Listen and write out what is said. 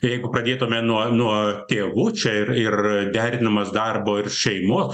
jeigu pradėtume nuo nuo tėvų čia ir ir derinimas darbo ir šeimo